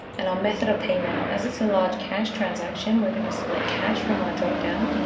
and our method of payment, as it's a large cash transaction, we're going to select cash from our dropdown,